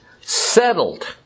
settled